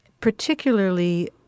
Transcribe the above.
particularly